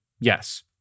yes